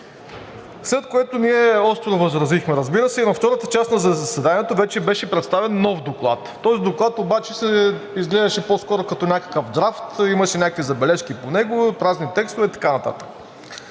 след което ние остро възразихме, разбира се, и във втората част на заседанието вече беше представен нов доклад. Този доклад обаче изглеждаше по-скоро като някакъв драфт, имаше някакви забележки по него, празни текстове и така нататък.